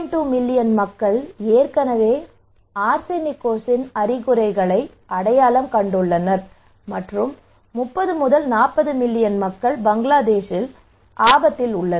2 million மக்கள் ஏற்கனவே ஆர்செனிகோசிஸின் அறிகுறிகளை அடையாளம் கண்டுள்ளனர் மற்றும் 30 முதல் 40 மில்லியன் மக்கள் பங்களாதேஷில் ஆபத்தில் உள்ளனர்